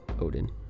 odin